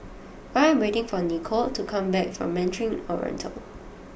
I am waiting for Nikole to come back from Mandarin Oriental